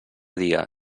dia